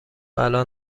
الان